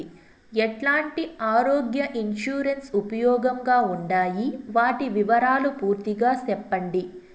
ఎట్లాంటి ఆరోగ్య ఇన్సూరెన్సు ఉపయోగం గా ఉండాయి వాటి వివరాలు పూర్తిగా సెప్పండి?